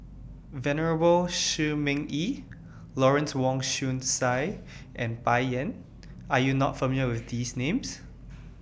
Venerable Shi Ming Yi Lawrence Wong Shyun Tsai and Bai Yan Are YOU not familiar with These Names